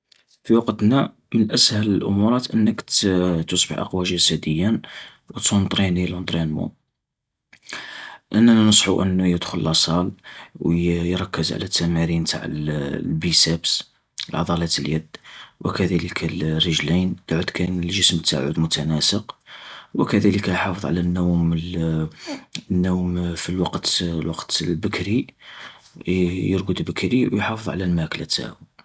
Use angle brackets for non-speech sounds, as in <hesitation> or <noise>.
في وقتنا من أسهل الأمورات أنك ت-تصبح أقوى جسدياً، وتونطريني لونطرينمون. أنا ننصحو أنو يدخل لاصال وي-يركز على التمارين تع <hesitation> البيسابس عضلة اليد، وكذلك الرجلين ليعد كاين الجسم تاعو متناسق. وكذلك يحافظ على النوم <hesitation> النوم في الوقت <hesitation> البكري، ي-يرقد بكري ويحافظ على الماكلة تاعو.